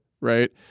right